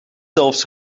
zelfs